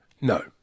No